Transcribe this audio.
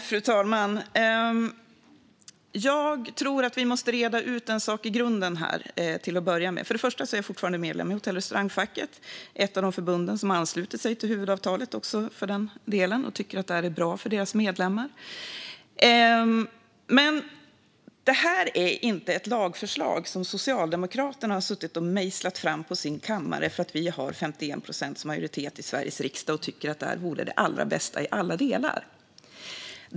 Fru talman! Vi måste till att börja med reda ut en sak i grunden här. Först och främst är jag fortfarande medlem i Hotell och restaurangfacket. Det är för den delen också ett av de förbund som har anslutit sig till huvudavtalet och tycker att det är bra för deras medlemmar. Det här är inte ett lagförslag som Socialdemokraterna har suttit och mejslat fram på sin kammare för att vi har 51 procents majoritet i Sveriges riksdag och tycker att det här vore det allra bästa i alla delar.